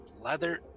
leather